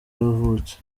yavutse